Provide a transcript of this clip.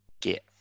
get